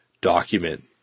document